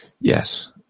Yes